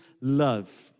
love